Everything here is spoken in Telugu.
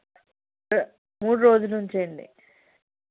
మూడు రోజుల నుంచి అండి